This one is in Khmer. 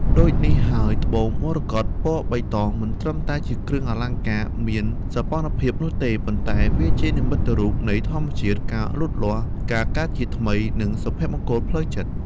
ដូចនេះហើយត្បូងមរកត ពណ៌បៃតង មិនត្រឹមតែជាគ្រឿងអលង្ការមានសោភ័ណភាពនោះទេ ប៉ុន្តែវាជានិមិត្តរូបនៃ ធម្មជាតិ ការលូតលាស់ ការកើតជាថ្មី និងសុភមង្គលផ្លូវចិត្ត។